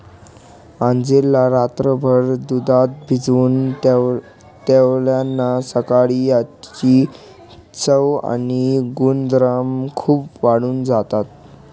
अंजीर ला रात्रभर दुधात भिजवून ठेवल्याने सकाळी याची चव आणि गुणधर्म खूप वाढून जातात